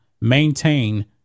maintain